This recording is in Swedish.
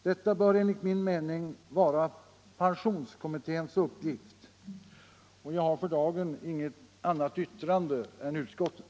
Detta bör enligt min mening vara pensionsålderskommitténs uppgift, och jag har för dagen inget annat yrkande än utskottets.